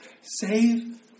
save